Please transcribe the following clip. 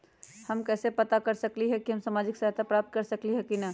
हम कैसे पता कर सकली ह की हम सामाजिक सहायता प्राप्त कर सकली ह की न?